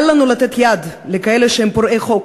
אל לנו לתת יד לכאלה שהם פורעי חוק.